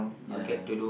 ya